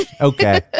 Okay